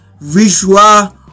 visual